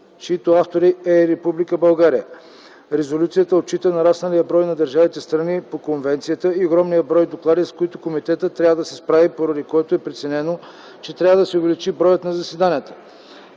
чиито автори е и Република България. Резолюцията отчита нарасналия брой на държавите – страни по конвенцията, и огромния брой доклади, с които комитетът трябва да се справи, поради което е преценено, че трябва да се увеличи броят на заседанията.